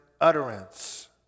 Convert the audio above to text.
utterance